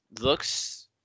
looks